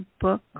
book